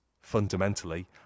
fundamentally